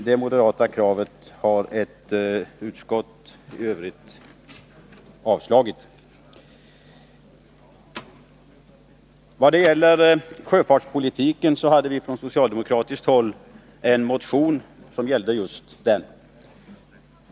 Det moderata kravet har utskottet avstyrkt. Vi hade från socialdemokratiskt håll en motion som gällde sjöfartspolitiken.